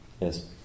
Yes